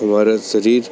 हमारा शरीर